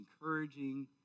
encouraging